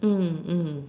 mm mm